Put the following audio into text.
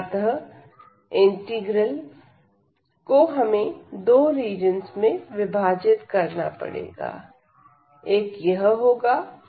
अतः इंटीग्रल को हमें दो रीजंस में विभाजित करना पड़ेगा एक यह होगा और दूसरा वह होगा